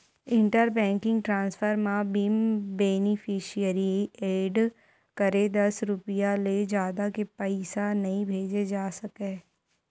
inter banking transfer म बिन beneficiary add करे दस रूपिया ले जादा के पइसा नइ भेजे जा सकय